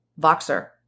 Voxer